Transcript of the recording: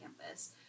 campus